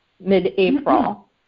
mid-April